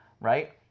right